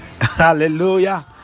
hallelujah